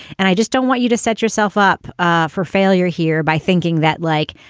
and i just don't want you to set yourself up ah for failure here by thinking that, like,